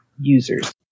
users